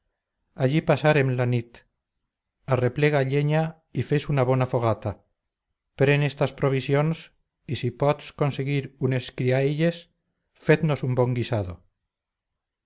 allí pasarem la nit arreplega lleña y fes una bona fogata pren estas provisions y si pots conseguir unes criailles fetnos un bon guisado